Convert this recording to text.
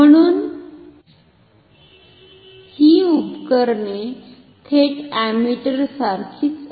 म्हणुन ही उपकरणे थेट अॅमीटरसारखीच आहेत